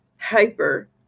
hyper